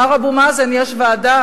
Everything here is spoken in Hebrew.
מר אבו מאזן, יש ועדה,